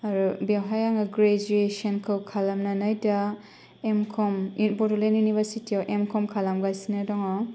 आरो बेवहाय आङो ग्रेजुयेसनखौ खालामनानै दा एम कम बड'लेण्ड इउनिभारसिटियाव एम कम खालामगासिनो दङ